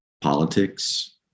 politics